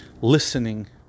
listening